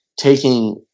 taking